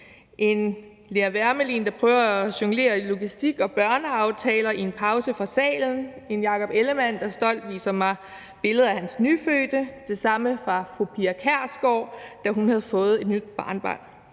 er Lea Wermelin, der prøver at jonglere med logistik og børneaftaler i en pause fra salen, der er Jakob Ellemann-Jensen, der stolt viser mig billeder af hans nyfødte, og det samme gælder fru Pia Kjærsgaard, da hun havde fået et nyt barnebarn.